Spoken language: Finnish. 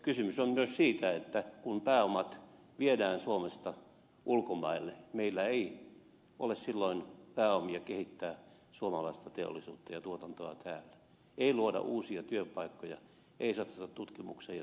kysymys on myös siitä että kun pääomat viedään suomesta ulkomaille silloin meillä ei ole pääomia kehittää suomalaista teollisuutta ja tuotantoa täällä ei pääomia luoda uusia työpaikkoja ei pääomia satsata tutkimukseen ja tuotekehitykseen